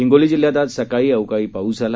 हिंगोली जिल्ह्यात आज सकाळी अवकाळी पाऊस झाला